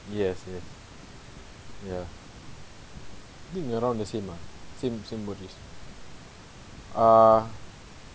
yes yes ya think around the same ah same same worries err